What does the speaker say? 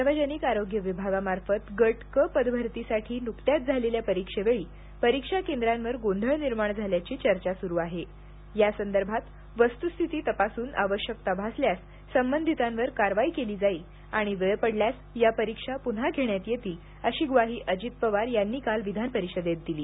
सार्वजनिक आरोग्य विभागामार्फत गट क पदभरतीसाठी नुकत्याच झालेल्या परिक्षेवेळी परीक्षा केंद्रांवर गोंधळ निर्माण झाल्याची चर्चा सुरू आहे यासंदर्भात वस्तूस्थिती तपासून आवश्यकता भासल्यास संबंधितांवर कारवाई केली जाईल आणि वेळ पडल्यास या परीक्षा पून्हा घेण्यात येतील अशी ग्वाही अजित पवार यांनी काल विधानपरिषदेत दिली